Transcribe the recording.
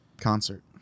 Concert